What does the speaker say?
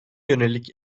yönelik